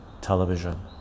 television